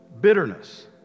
Bitterness